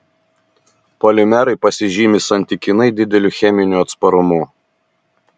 polimerai pasižymi santykinai dideliu cheminiu atsparumu